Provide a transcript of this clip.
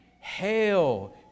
Hail